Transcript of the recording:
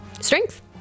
Strength